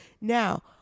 now